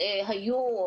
שהיו,